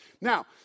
Now